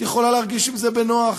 את יכולה להרגיש עם זה בנוח,